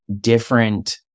Different